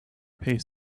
pays